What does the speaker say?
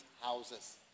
houses